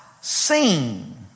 seen